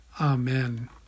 Amen